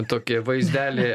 tokį vaizdelį